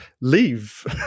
leave